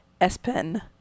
S-Pen